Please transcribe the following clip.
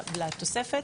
לתוספת,